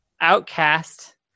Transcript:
Outcast